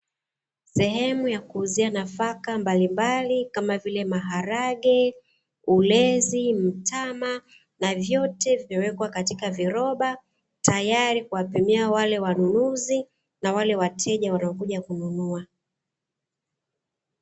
Sehemu ya kuuzia nafaka mbalimbali kama vile maharage, ulezi, mtama na vyote vimewekwa katika viroba, tayari kuwapimia wale wanunuzi na wale wateja wanaokuja kununua.